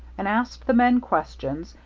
and asked the men questions,